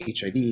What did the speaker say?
HIV